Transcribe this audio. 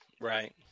right